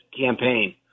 campaign